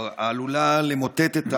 העלולה למוטט את הענף.